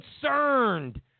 concerned